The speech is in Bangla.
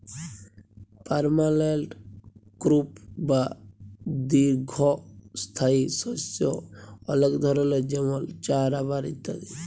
পার্মালেল্ট ক্রপ বা দীঘ্ঘস্থায়ী শস্য অলেক ধরলের যেমল চাঁ, রাবার ইত্যাদি